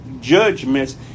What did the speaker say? judgments